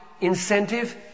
incentive